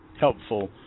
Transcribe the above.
helpful